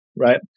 right